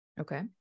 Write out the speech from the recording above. Okay